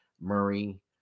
Murray